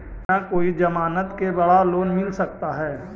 बिना कोई जमानत के बड़ा लोन मिल सकता है?